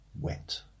wet